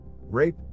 rape